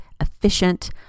efficient